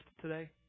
today